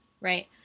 right